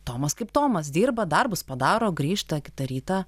tomas kaip tomas dirba darbus padaro grįžta kitą rytą